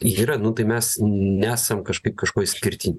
yra nu tai mes nesam kažkaip kažkuo išskirti